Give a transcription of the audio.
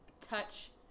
touch